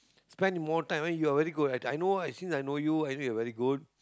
spend more time ah you are very good I know I since I know you I know you are very good